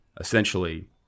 essentially